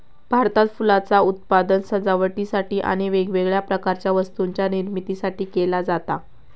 भारतात फुलांचा उत्पादन सजावटीसाठी आणि वेगवेगळ्या प्रकारच्या वस्तूंच्या निर्मितीसाठी केला जाता